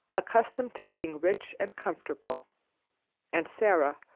accustomed to being rich and comfortable and sara,